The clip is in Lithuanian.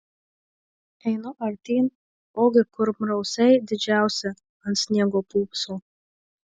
einu artyn ogi kurmrausiai didžiausi ant sniego pūpso